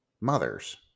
mothers